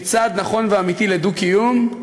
כצעד נכון ואמיתי לדו-קיום.